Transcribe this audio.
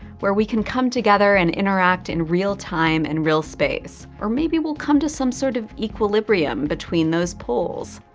where we can come together and interact in real time and real space. or maybe we'll come to some sort of equilibrium between those poles.